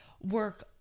work